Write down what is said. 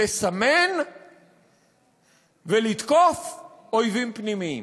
לסמן ולתקוף אויבים פנימיים.